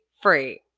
free